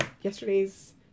yesterday's